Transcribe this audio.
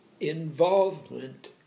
involvement